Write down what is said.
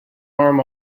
arm